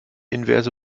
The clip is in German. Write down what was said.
inverse